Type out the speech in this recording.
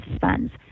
funds